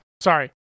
Sorry